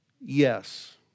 Yes